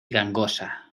gangosa